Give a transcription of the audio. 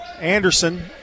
Anderson